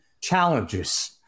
challenges